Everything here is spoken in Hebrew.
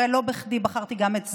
הרי לא בכדי בחרתי גם את זה,